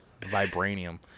vibranium